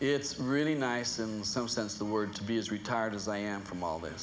it's really nice in some sense the word to be as retired as i am from all this